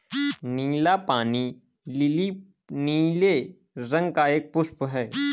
नीला पानी लीली नीले रंग का एक पुष्प है